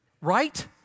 right